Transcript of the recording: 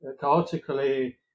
chaotically